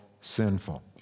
sinful